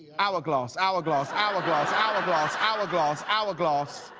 hourglass, hourglass, hourglass, hourglass, hourglass, hourglass,